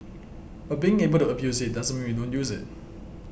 but being able to abuse it doesn't mean we don't use it